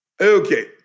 Okay